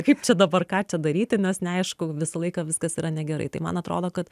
kaip čia dabar ką čia daryti nes neaišku visą laiką viskas yra negerai tai man atrodo kad